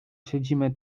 siedzimy